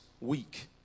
week